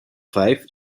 vijf